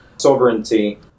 Sovereignty